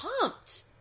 pumped